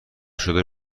شده